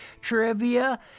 trivia